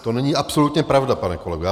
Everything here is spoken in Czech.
To není absolutně pravda, pane kolego.